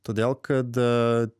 todėl kad